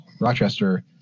Rochester